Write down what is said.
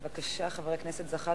בבקשה, חבר הכנסת זחאלקה,